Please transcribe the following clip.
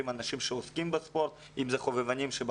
ספורטאים מקצוענים וחובבנים,